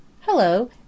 Hello